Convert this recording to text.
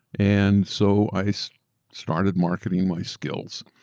and so i so started marketing my skills.